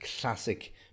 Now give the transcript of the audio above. classic